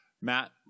matt